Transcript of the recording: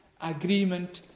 agreement